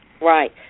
right